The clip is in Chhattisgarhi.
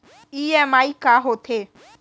ई.एम.आई का होथे?